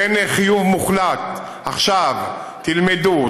ובין חיוב מוחלט: עכשיו תלמדו,